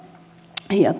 ja